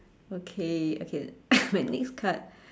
okay okay my next card